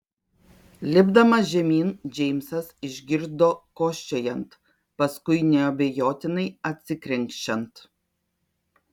lipdamas žemyn džeimsas išgirdo kosčiojant paskui neabejotinai atsikrenkščiant